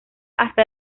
hasta